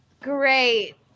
great